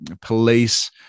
police